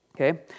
okay